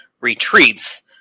retreats